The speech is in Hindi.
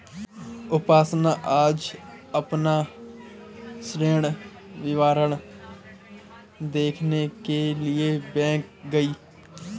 उपासना आज अपना ऋण विवरण देखने के लिए बैंक गई